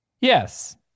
yes